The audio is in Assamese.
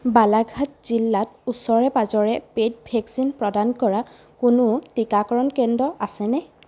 বালাঘাট জিলাত ওচৰে পাঁজৰে পেইড ভেকচিন প্ৰদান কৰা কোনো টিকাকৰণ কেন্দ্ৰ আছেনে